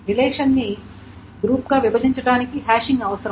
రిలేషన్ని ఈ గ్రూప్ గా విభజించటానికి హ్యాషింగ్ అవసరం